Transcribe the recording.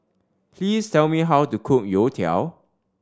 please tell me how to cook youtiao